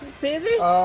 Scissors